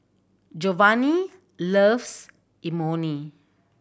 Jovanni loves Imoni